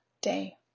day